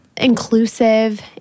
inclusive